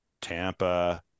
Tampa